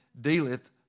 dealeth